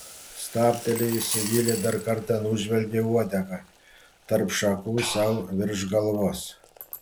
stabtelėjusi vilė dar kartą nužvelgė uodegą tarp šakų sau virš galvos